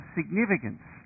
significance